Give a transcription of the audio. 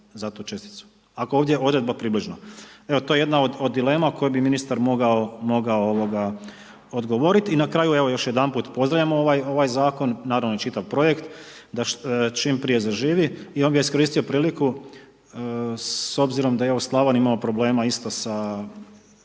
za tu česticu? Ako je ovdje odredba približna. Evo to je jedna od dilema koju bi ministar mogao odgovoriti. I na kraju, još jedanput pozdravljam ovaj zakon, naravno i čitav projekt, da čim prije zaživi. I ja bi iskoristio priliku s obzirom da evo Slavonija imala problema isto sa